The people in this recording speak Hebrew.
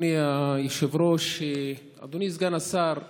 אדוני היושב-ראש, אדוני סגן השר,